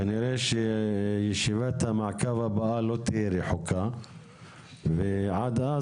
כנראה שישיבת המעקב הבאה לא תהיה רחקה ועד אז